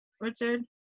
Richard